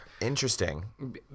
Interesting